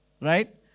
right